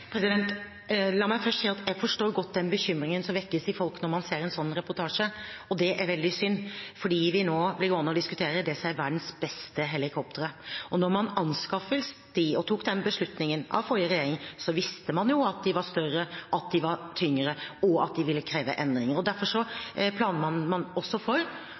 La meg først si at jeg forstår godt den bekymringen som vekkes i folk når de ser en slik reportasje. Det er veldig synd fordi vi nå diskuterer det som er verdens beste helikoptre. Da man anskaffet dem, da den forrige regjeringen tok den beslutningen, visste man jo at de var større og tyngre, og at det ville kreve endringer. Derfor planla man også for at åtte dedikerte sykehus skulle være en del av anskaffelsesprosjektet. Ved de øvrige sykehusene er det helseforetakene som har ansvaret også for